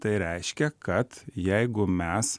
tai reiškia kad jeigu mes